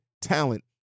talent